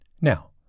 Now